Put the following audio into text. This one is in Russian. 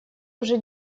уже